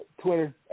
Twitter